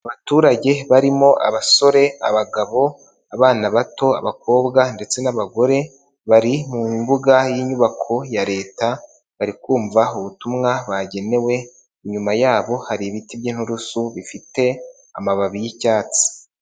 Abaturage barimo abasore, abagabo, abana bato, abakobwa ndetse n'abagore, bari mu mbuga y'inyubako ya Leta barikumva ubutumwa bagenewe, inyuma yabo hari ibiti by'inturusu bifite amababi y'icyatsi.